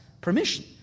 permission